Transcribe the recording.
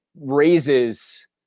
raises